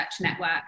Network